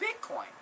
Bitcoin